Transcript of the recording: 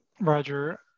Roger